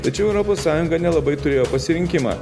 tačiau europos sąjunga nelabai turėjo pasirinkimą